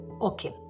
Okay